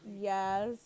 Yes